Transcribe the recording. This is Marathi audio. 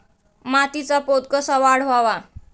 मातीचा पोत कसा वाढवावा?